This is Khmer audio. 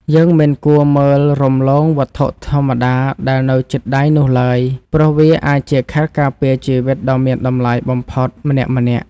យើងមិនគួរមើលរំលងវត្ថុធម្មតាដែលនៅជិតដៃនោះឡើយព្រោះវាអាចជាខែលការពារជីវិតដ៏មានតម្លៃបំផុតម្នាក់ៗ។